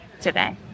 today